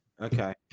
okay